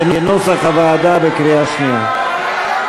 כנוסח הוועדה בקריאה שנייה.